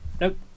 nope